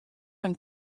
dan